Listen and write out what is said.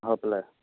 apply